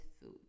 food